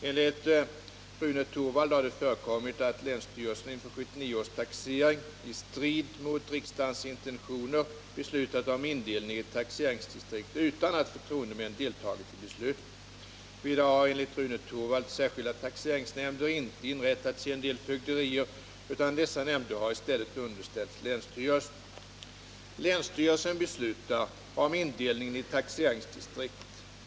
Enligt Rune Torwald har det förekommit att länsstyrelserna inför 1979 års taxering i strid mot riksdagens intentioner beslutat om indelning i taxeringsdistrikt utan att förtroendemän deltagit i beslutet. Vidare har enligt Rune Torwald särskilda taxeringsnämnder inte inrättats i en del fögderier, utan dessa nämnder har i stället underställts länsstyrelsen. Länsstyrelsen beslutar om indelningen i taxeringsdistrikt.